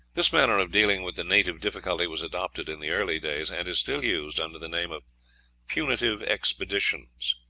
this manner of dealing with the native difficulty was adopted in the early days, and is still used under the name of punitive expeditions.